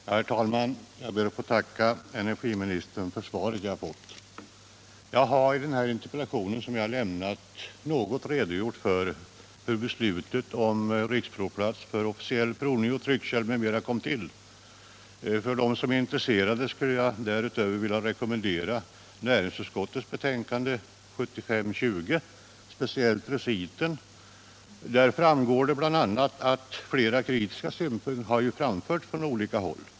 Herr talman! Jag ber att få tacka industriministern för svaret. I min interpellation har jag något redogjort för hur beslutet om riksprovplatser för officiell provning av tryckkärl m.m. kom till. För dem som är intresserade skulle jag dessutom vilja rekommendera näringsutskottets betänkande 1975:20, speciellt reciten. Därav framgår bl.a. att flera kritiska synpunkter framförts från olika håll.